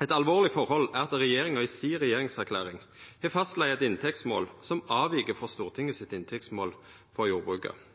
Eit alvorlig forhold er at regjeringa i regjeringserklæringa har fastslått eit inntektsmål som avvik frå Stortinget sitt inntektsmål for jordbruket.